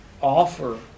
offer